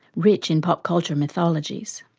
rich in pop culture mythologies.